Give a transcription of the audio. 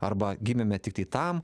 arba gimėme tiktai tam